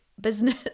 business